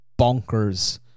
bonkers